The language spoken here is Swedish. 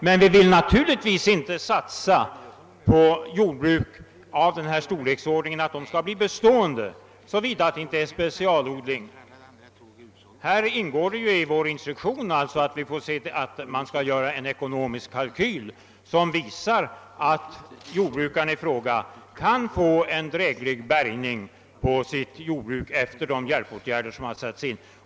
Men vi vill naturligtvis inte heller satsa på att jordbruk av den nämnda storleksordningen skall bli bestånde, såvida de inte bedriver någon form av specialodling. Det ingår i vår instruktion att göra en ekonomisk kalkyl, som visar huruvida jordbrukaren i fråga kan få en dräglig bärgning på sitt jordbruk efter det att hjälpåtgärder satts in.